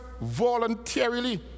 voluntarily